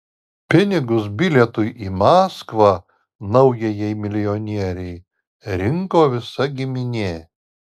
pinigus bilietui į maskvą naujajai milijonierei rinko visa giminė